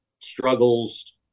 struggles